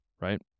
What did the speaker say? Right